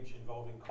involving